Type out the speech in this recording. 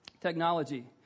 Technology